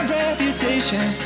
reputation